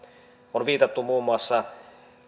on viitattu muun muassa